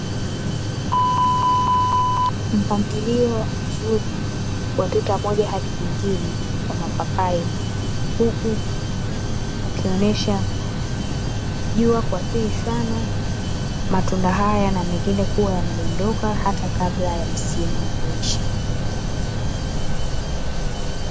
Mpangilio mzuri wa tuta mmoja hadi jingine wa mapapai. Huku ukionyesha jua kwa asili sana, matunda haya na mengine kuwa yamedondoka hata kabla ya msimu kuisha.